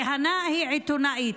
כי הנא היא עיתונאית,